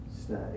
stay